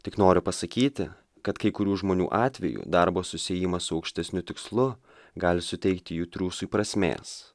tik noriu pasakyti kad kai kurių žmonių atveju darbo susiejimas su aukštesniu tikslu gali suteikti jų triūsui prasmės